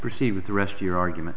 proceed with the rest your argument